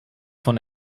von